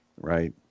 right